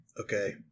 Okay